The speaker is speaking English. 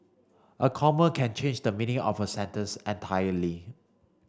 a comma can change the meaning of a sentence entirely